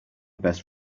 best